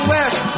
West